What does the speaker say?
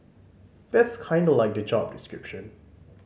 that's kinda like the job description